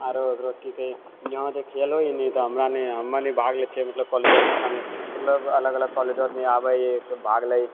आरू एकरो कि कहै छै यहाँ जे खेल होइया ने तऽ हमे नहि भाग लै छियै मतलब कोलेजोरे लड़का नहि छियै मतलब अलग अलग कोलेजोरे आदमी आबैया भाग लेइया